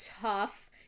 tough